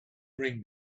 bring